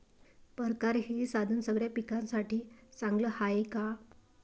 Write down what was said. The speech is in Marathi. परकारं हे साधन सगळ्या पिकासाठी चांगलं हाये का?